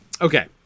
Okay